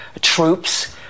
troops